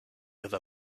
other